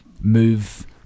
move